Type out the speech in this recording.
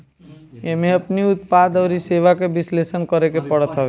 एमे अपनी उत्पाद अउरी सेवा के विश्लेषण करेके पड़त हवे